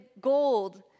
gold